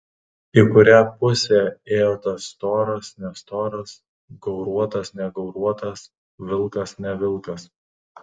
į kurią pusę ėjo tas storas nestoras gauruotas negauruotas vilkas ne vilkas